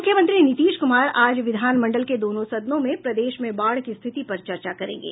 मुख्यमंत्री नीतीश कुमार आज विधान मंडल के दोनों सदनों में प्रदेश में बाढ़ की स्थिति पर चर्चा करेंगे